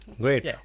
great